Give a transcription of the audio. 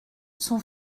son